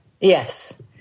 Yes